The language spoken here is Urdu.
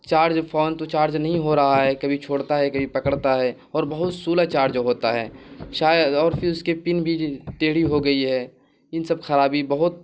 چارج فون تو چارج نہیں ہو رہا ہے کبھی چوڑتا ہے کبھی پکڑتا ہے اور بہت سولہ چاڑج ہوتا ہے شاید اور پھر اس کی پن بھی ٹیڑھی ہو گئی ہے ان سب خرابی بہت